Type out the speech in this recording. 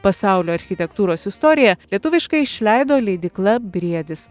pasaulio architektūros istoriją lietuviškai išleido leidykla briedis